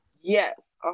Yes